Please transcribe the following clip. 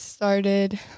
started